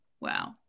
wow